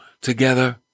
together